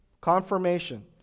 confirmation